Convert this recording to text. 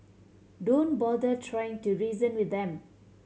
don't bother trying to reason with them